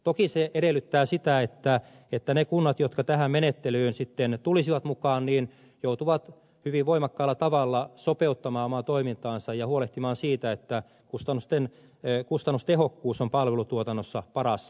toki se edellyttää sitä että ne kunnat jotka tähän menettelyyn tulisivat mukaan joutuisivat hyvin voimakkaalla tavalla sopeuttamaan omaa toimintaansa ja huolehtimaan siitä että kustannustehokkuus on palvelutuotannossa paras